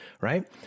Right